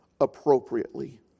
appropriately